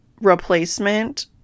replacement